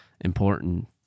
important